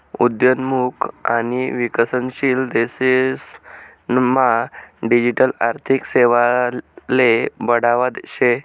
उद्योन्मुख आणि विकसनशील देशेस मा डिजिटल आर्थिक सेवाले बढावा शे